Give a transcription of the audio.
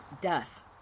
Death